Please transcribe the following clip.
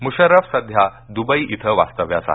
मुशर्रफ सध्या दूबई इथं वास्तव्यास आहेत